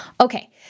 Okay